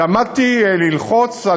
כשעמדתי ללחוץ,